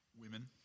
Women